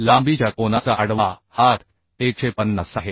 लांबीच्या कोनाचा आडवा हात 150 आहे